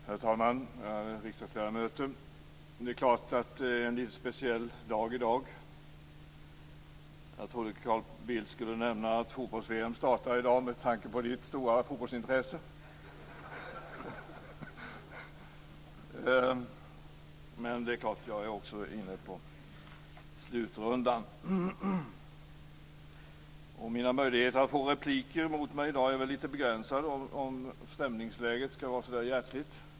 Herr talman! Ärade riksdagsledamöter! Det är en speciell dag i dag. Jag trodde att Carl Bildt skulle nämna att fotbolls-VM startar i dag med tanke på hans stora fotbollsintresse. Men jag är också inne på slutrundan. Replikerna mot mig i dag måste bli begränsade om stämningsläget skall vara så där hjärtligt.